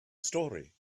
story